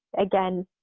again,